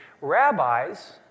Rabbis